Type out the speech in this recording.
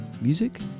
music